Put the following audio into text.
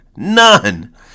None